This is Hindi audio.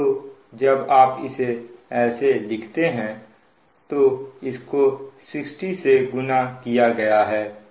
तो जब आप इसे ऐसे लिखते हैं तो इसको 60 से गुना किया गया है